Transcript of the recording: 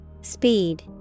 Speed